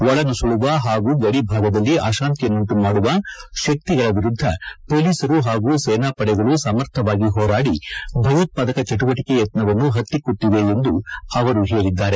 ಒಳನುಸುಳುವ ಹಾಗೂ ಗಡಿಭಾಗದಲ್ಲಿ ಅಶಾಂತಿಯನ್ನುಂಟು ಮಾಡುವ ಶಕ್ತಿಗಳ ವಿರುದ್ದ ಪೊಲೀಸರು ಹಾಗೂ ಸೇನಾಪಡೆಗಳು ಸಮರ್ಥವಾಗಿ ಹೋರಾದಿ ಭಯೋತ್ವಾದಕ ಚಣುವಟಿಕೆ ಯತ್ತವನ್ನು ಹತ್ತಿಕ್ಕುತ್ತಿವೆ ಎಂದು ಅವರು ಹೇಳಿದ್ದಾರೆ